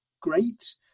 great